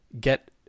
get